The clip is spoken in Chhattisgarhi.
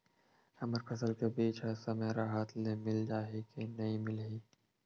हमर फसल के बीज ह समय राहत ले मिल जाही के नी मिलही?